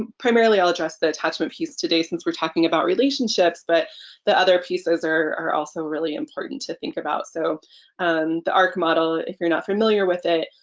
primarily i'll address the attachment piece today since we're talking about relationships but the other pieces are are also really important to think about. so the arc model if you're not familiar with it